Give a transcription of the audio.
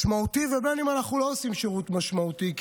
משמעותי ובין שאנחנו לא עושים שירות משמעותי,